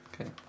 Okay